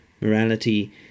Morality